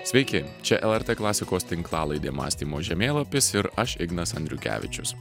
sveiki čia lrt klasikos tinklalaidė mąstymo žemėlapis ir aš ignas andriukevičius